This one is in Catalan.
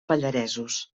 pallaresos